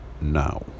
now